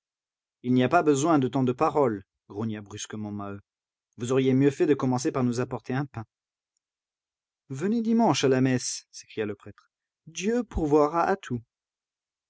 il n'y a pas besoin de tant de paroles grogna brusquement maheu vous auriez mieux fait de commencer par nous apporter un pain venez dimanche à la messe s'écria le prêtre dieu pourvoira à tout